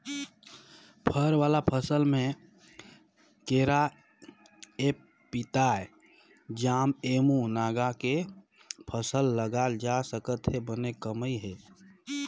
फर वाला फसल में केराएपपीताएजामएमूनगा के फसल लगाल जा सकत हे बने कमई हे